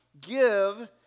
Give